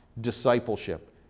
discipleship